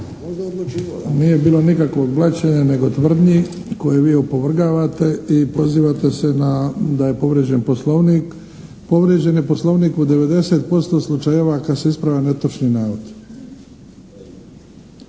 Nije bilo nikakvog blaćenja nego tvrdnji koje vi opovrgavate i pozivate se da je povrijeđen Poslovnik. Povrijeđen je Poslovnik u 90% slučajeva kada se ispravlja netočan navod.